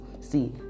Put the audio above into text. see